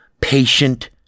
patient